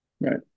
Right